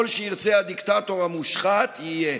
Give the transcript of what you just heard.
כל שירצה הדיקטטור המושחת, יהיה,